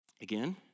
Again